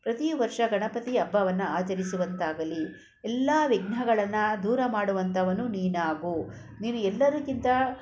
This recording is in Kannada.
ಪ್ರತಿ ವರ್ಷ ಗಣಪತಿ ಹಬ್ಬವನ್ನ ಆಚರಿಸುವಂತಾಗಲಿ ಎಲ್ಲ ವಿಘ್ನಗಳನ್ನು ದೂರ ಮಾಡುವಂಥವನು ನೀನಾಗು ನೀನು ಎಲ್ಲರಿಗಿಂತ